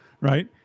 right